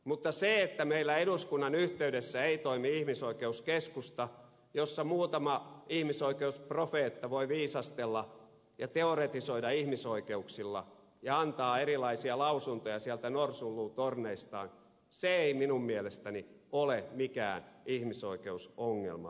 mutta se että meillä eduskunnan yhteydessä ei toimi ihmisoikeuskeskusta jossa muutama ihmisoikeusprofeetta voi viisastella ja teoretisoida ihmisoikeuksilla ja antaa erilaisia lausuntoja sieltä norsunluutorneistaan ei minun mielestäni ole mikään ihmisoikeusongelma suomessa